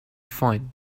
fine